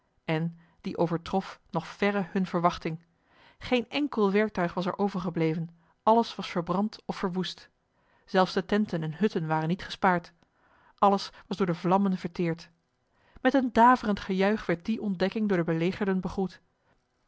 en die overtrof nog verre hunne verwachting geen enkel werktuig was er overgebleven alles was verbrand of verwoest zelfs de tenten en hutten waren niet gespaard alles was door de vlammen verkeerd met een daverend gejuich werd die ontdekking door de belegerden begroet